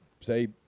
say